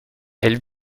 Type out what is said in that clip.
elle